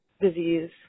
disease